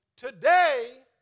Today